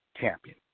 champion